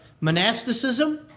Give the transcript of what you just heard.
monasticism